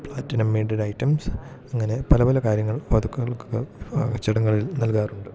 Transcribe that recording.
platinum made items അങ്ങനെ പല പല കാര്യങ്ങൾ വധുക്കകൾക്ക് ചടങ്ങുകളിൽ നൽകാറുണ്ട്